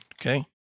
Okay